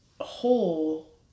whole